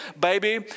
Baby